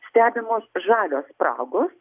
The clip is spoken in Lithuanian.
stebimos žalios spragos